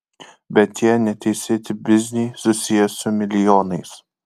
bet tie neteisėti bizniai susiję su milijonais